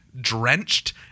drenched